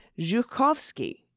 Zhukovsky